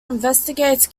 investigates